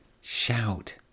shout